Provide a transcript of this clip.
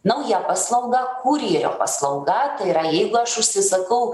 nauja paslauga kurjerio paslauga tai yra jeigu aš užsisakau